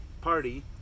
party